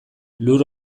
lur